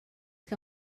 que